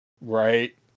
Right